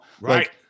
Right